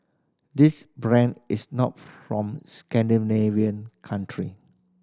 this brand is not from Scandinavian country